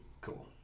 cool